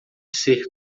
ser